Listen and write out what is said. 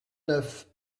neuf